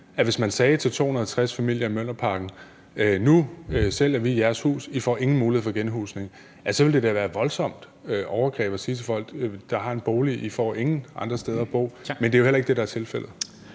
hvis man sagde til 260 familier i Mjølnerparken, at nu sælger man deres hus og de får ikke nogen mulighed for genhusning, så ville det da være et voldsomt overgreb, altså at sige til folk, der har en bolig, at de ikke får noget andet sted at bo. Men det er jo heller ikke det, der er tilfældet.